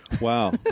Wow